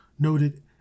noted